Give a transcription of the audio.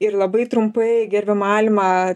ir labai trumpai gerbiama alma